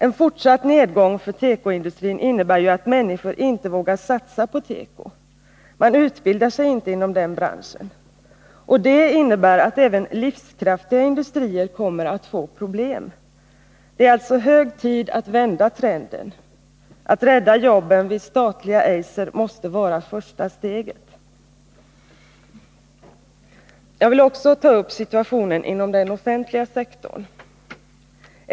En fortsatt nedgång för tekoindustrin innebär ju att människor inte vågar satsa på teko, man utbildar sig inte inom den branschen. Och det innebär att även livskraftiga industrier kommer att få problem. Det är alltså hög tid att vända trenden. Att rädda jobben vid statliga Eiser måste vara första steget. Jag vill också ta upp situationen inom den offentliga sektorn.